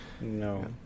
No